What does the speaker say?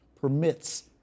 permits